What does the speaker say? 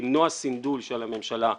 למנוע סנדול של הממשלה החדשה,